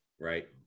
Right